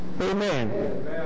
Amen